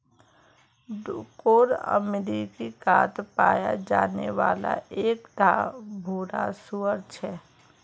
Duroc अमेरिकात पाया जाने वाला एक टा भूरा सूअर छे